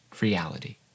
reality